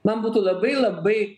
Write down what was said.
man būtų labai labai